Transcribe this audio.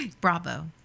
Bravo